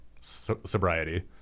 Sobriety